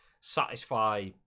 satisfy